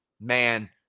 man